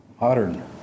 modern